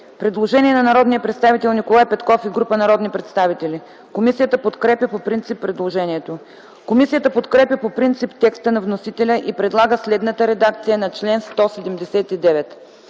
Предложение на народния представител Николай Петков и група народни представители. Комисията подкрепя по принцип предложението. Комисията подкрепя по принцип текста на вносителя и предлага следната редакция на чл. 118: